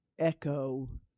Echo